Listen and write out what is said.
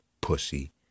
pussy